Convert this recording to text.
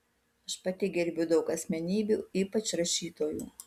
aš pati gerbiu daug asmenybių ypač rašytojų